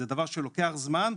זה דבר שלוקח זמן,